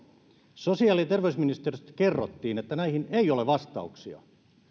sosiaali ja terveysministeriöstä kerrottiin että näihin ei ole vastauksia